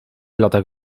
latach